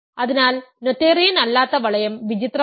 അതിനാൽ നോഥേറിയൻ അല്ലാത്ത വളയം വിചിത്രമല്ല